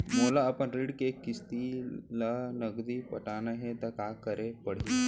मोला अपन ऋण के किसती ला नगदी पटाना हे ता का करे पड़ही?